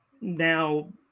now